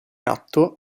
atto